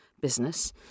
business